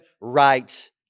right